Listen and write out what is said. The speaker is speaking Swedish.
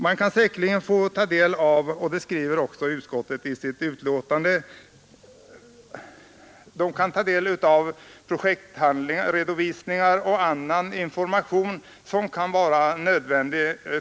Man kan med dessa frågor få ta del av — och det skriver utskottet också — cerligen genom byggnadsstyrelsen eller andra som sysslar projektredovisningar och annan information som kan vara nödvändig.